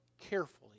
carefully